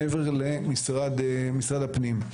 מעבר למשרד הפנים.